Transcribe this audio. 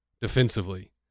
defensively